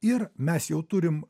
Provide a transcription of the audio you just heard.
ir mes jau turim